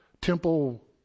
temple